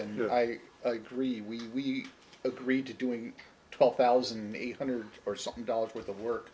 and i agree we agreed to do a twelve thousand eight hundred or something dollars worth of work